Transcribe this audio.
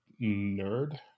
nerd